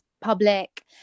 public